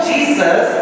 Jesus